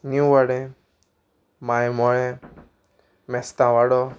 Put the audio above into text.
निव वाडे मांयमोळें मेस्तांवाडो